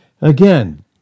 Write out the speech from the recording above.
Again